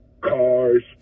cars